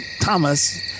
Thomas